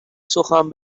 سخن